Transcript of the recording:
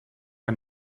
que